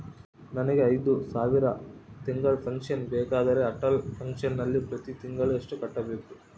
ನನಗೆ ಐದು ಸಾವಿರ ತಿಂಗಳ ಪೆನ್ಶನ್ ಬೇಕಾದರೆ ಅಟಲ್ ಪೆನ್ಶನ್ ನಲ್ಲಿ ಪ್ರತಿ ತಿಂಗಳು ಎಷ್ಟು ಕಟ್ಟಬೇಕು?